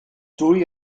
dwy